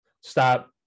stop